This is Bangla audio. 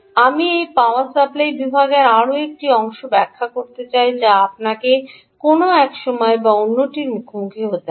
আমি এই পাওয়ার সাপ্লাই বিভাগের আরও একটি অংশটি ব্যাখ্যা করতে চাই যা আপনাকে কোনও এক সময় বা অন্যটির মুখোমুখি হতে হবে